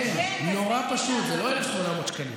ובכלל בכל אזור הנגב.